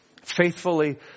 Faithfully